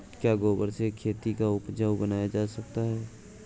क्या गोबर से खेती को उपजाउ बनाया जा सकता है?